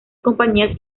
compañías